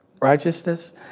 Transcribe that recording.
Righteousness